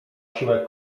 siłę